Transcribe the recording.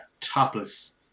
topless